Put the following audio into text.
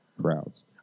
crowds